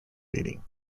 leading